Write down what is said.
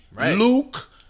Luke